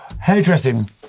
hairdressing